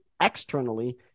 externally